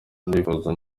ndifuza